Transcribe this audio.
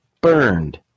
burned